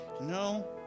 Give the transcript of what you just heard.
No